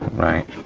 right,